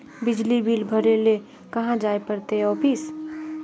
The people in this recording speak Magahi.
बिजली बिल भरे ले कहाँ जाय पड़ते ऑफिस?